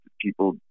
people